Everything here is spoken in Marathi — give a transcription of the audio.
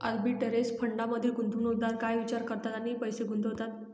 आर्बिटरेज फंडांमधील गुंतवणूकदार काय विचार करतात आणि पैसे गुंतवतात?